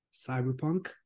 cyberpunk